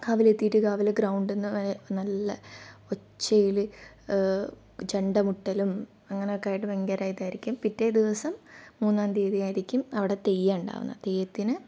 കാവിലെത്തിയിട്ട് കാവിലെ ഗ്രൗണ്ടിൽനിന്ന് നല്ല ഒച്ചയിൽ ചെണ്ട മുട്ടലും അങ്ങനെയൊക്കെ ആയിട്ട് ഭയങ്കര ഇതായിരിക്കും പിറ്റേ ദിവസം മൂന്നാം തീയതി ആയിരിക്കും അവിടെ തെയ്യം ഉണ്ടാവുന്നത് തെയ്യത്തിന്